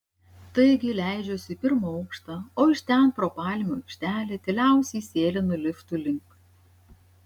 taigi leidžiuosi į pirmą aukštą o iš ten pro palmių aikštelę tyliausiai sėlinu liftų link